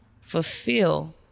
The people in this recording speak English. fulfill